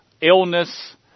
illness